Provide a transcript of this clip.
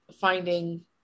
finding